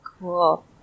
cool